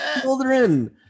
children